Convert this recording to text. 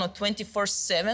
24-7